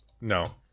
No